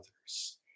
others